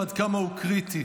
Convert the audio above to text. ועד כמה הוא קריטי.